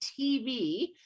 TV